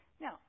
Now